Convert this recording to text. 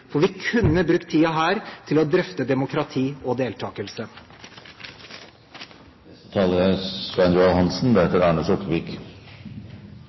for vi kunne brukt tiden her til å drøfte demokrati og